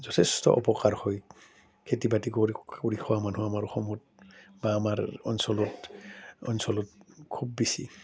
যথেষ্ট অপকাৰ হয় খেতি বাতি কৰি কৰি খোৱা মানুহ আমাৰ অসমত বা আমাৰ অঞ্চলত অঞ্চলত খুব বেছি